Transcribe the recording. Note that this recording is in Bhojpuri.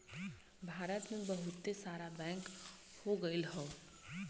भारत मे बहुते सारा बैंक हो गइल हौ